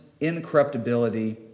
incorruptibility